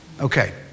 Okay